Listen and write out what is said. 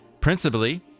Principally